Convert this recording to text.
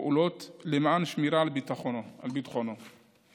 ופועלת למען שמירה על ביטחון הציבור